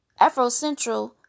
Afrocentral